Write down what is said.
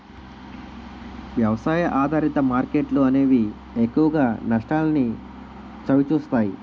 వ్యవసాయ ఆధారిత మార్కెట్లు అనేవి ఎక్కువగా నష్టాల్ని చవిచూస్తాయి